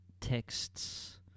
texts